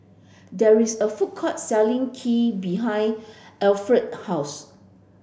there is a food court selling Kheer behind Efren house